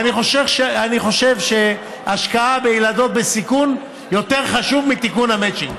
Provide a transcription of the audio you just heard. אני חושב שהשקעה בילדות בסיכון יותר חשובה מתיקון המצ'ינג,